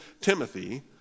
Timothy